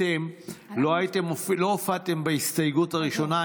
אתם לא הופעתם בהסתייגות הראשונה,